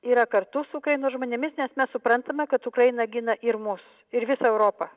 yra kartu su ukrainos žmonėmis nes mes suprantame kad ukraina gina ir mus ir visą europą